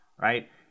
Right